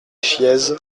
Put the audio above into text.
chiéze